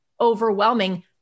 overwhelming